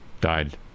died